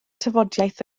tafodiaith